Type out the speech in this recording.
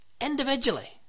Individually